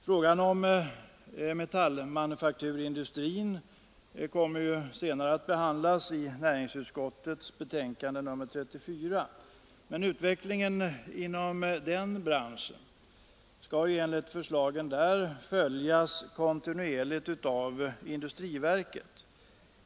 Frågan om metallmanufakturindustrin kommer ju att senare behandlas i samband med näringsutskottets betänkande nr 34, men utvecklingen inom den branschen skall enligt förslagen där följas kontinuerligt av industriverket.